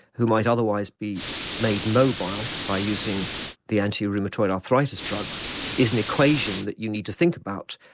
who might otherwise be made immobile, by using the anti-rheumatoid arthritis drugs is an equation that you need to think about.